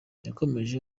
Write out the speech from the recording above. yakomeje